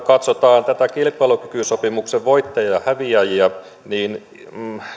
katsotaan tämän kilpailukykysopimuksen voittajia ja häviäjiä niin